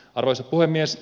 arvoisa puhemies